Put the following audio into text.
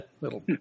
Little